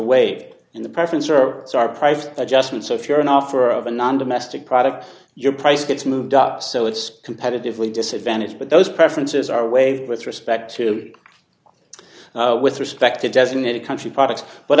wait in the preference or it's our price adjustment so if you're an offer of a non domestic product your price gets moved up so it's competitively disadvantaged but those preferences are waived with respect to with respect to designated country products but